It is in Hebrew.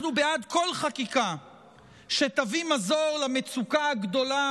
אנחנו בעד כל חקיקה שתביא מזור למצוקה הגדולה